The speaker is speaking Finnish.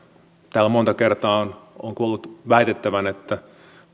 täällä monta kertaa olen kuullut väitettävän että